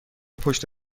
پشت